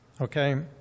okay